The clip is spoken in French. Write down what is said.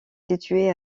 situé